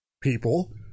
people